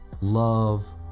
love